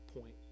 point